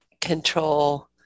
control